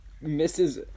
misses